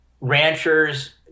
ranchers